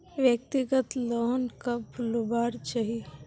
व्यक्तिगत लोन कब लुबार चही?